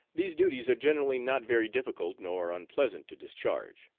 these duties are generally not very difficult nor unpleasant to discharge.